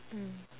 mm